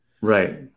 Right